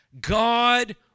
God